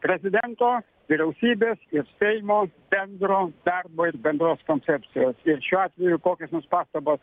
prezidento vyriausybės ir seimo bendro darbo ir bendros koncepcijos ir šiuo atveju kokios nors pastabos